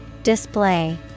Display